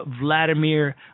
Vladimir